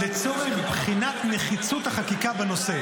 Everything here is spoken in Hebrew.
לצורך בחינת נחיצות החקיקה בנושא.